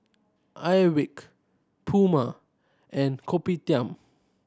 Airwick Puma and Kopitiam